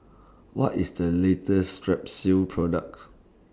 What IS The latest Strepsils products